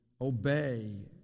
obey